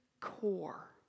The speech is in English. core